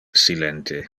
silente